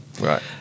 Right